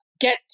get